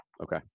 Okay